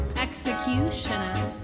Executioner